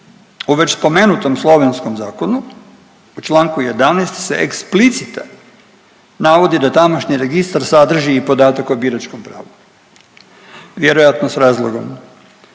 U već spomenutom slovenskom zakonu u Članku 11. se eksplicite navodi da tamošnji registar sadrži i podatak o biračkom pravu, vjerojatno s razlogom,